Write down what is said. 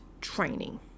training